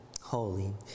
holy